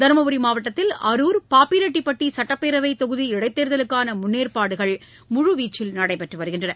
தருமபுரி மாவட்டத்தில் அருர் பாப்பிரெட்டிப்பட்டி சட்டப்பேரவை தொகுதி இடைத்தேர்தலுக்கான முன்னேற்பாடுகள் முழுவீச்சில் நடைபெற்று வருகின்றன